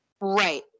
Right